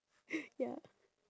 ya